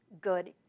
good